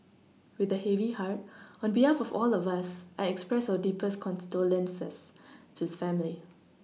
with a heavy heart on behalf of all of us I expressed our deepest condolences to his family